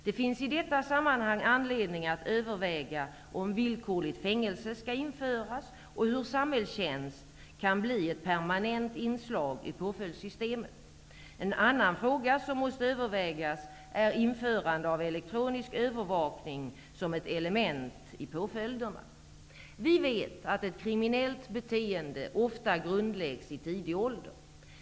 Det finns i detta sammanhang anledning att överväga om villkorligt fängelse skall införas och hur samhällstjänst kan bli ett permanent inslag i påföljdssystemet. En annan fråga som måste övervägas är införande av elektronisk övervakning som ett element i påföljderna. Vi vet att ett kriminellt beteende ofta grundläggs i tidig ålder.